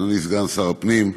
אדוני סגן שר הפנים,